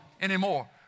anymore